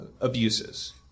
abuses